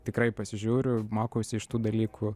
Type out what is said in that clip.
tikrai pasižiūriu mokausi iš tų dalykų